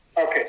okay